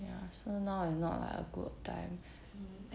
ya so now it's like not a good time